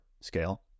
scale